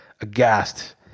aghast